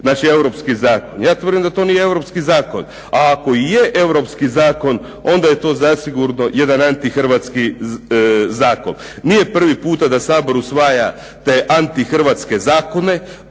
znači europski zakon. Ja tvrdim da to nije europski zakon. A ako i je europski zakon, onda je to zasigurno jedan antihrvatski zakon. Nije prvi puta da Sabor usvaja te antihrvatske zakone,